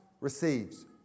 receives